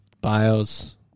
Bios